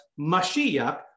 Mashiach